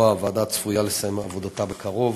גלבוע,